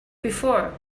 before